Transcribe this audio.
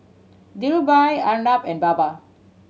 Dhirubhai Arnab and Baba